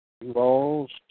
balls